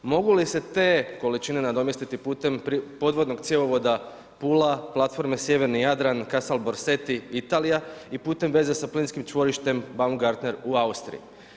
Mogu li se te količine nadomjestiti putem podvodnog cjevovoda Pula, Platforme Sjeverni Jadran, Casal Borsetti Italija i putem veze sa plinskim čvorištem Baumgartner u Austriji?